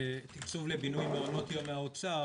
תקצוב לבינוי מעונות יום מהאוצר.